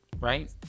right